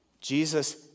Jesus